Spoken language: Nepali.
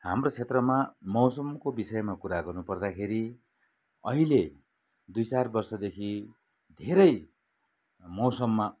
हाम्रो क्षेत्रमा मौसमको विषयमा कुरा गर्नु पर्दाखेरि अहिले दुई चार वर्षदेखि धेरै मौसममा